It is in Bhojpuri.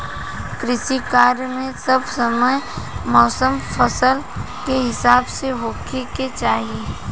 कृषि कार्य मे सब समय मौसम फसल के हिसाब से होखे के चाही